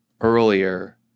earlier